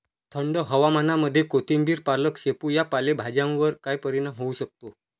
थंड हवामानामध्ये कोथिंबिर, पालक, शेपू या पालेभाज्यांवर काय परिणाम होऊ शकतो?